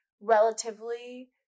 relatively